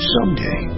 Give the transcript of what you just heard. Someday